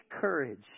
courage